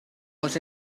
was